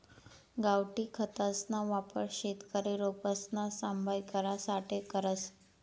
गावठी खतसना वापर शेतकरी रोपसना सांभाय करासाठे करस